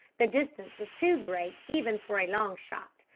the distance was too great even for a long shot,